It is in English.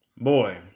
boy